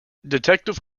detective